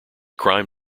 crime